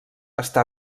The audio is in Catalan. està